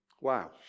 Wow